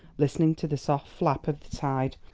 listening to the soft lap of the tide.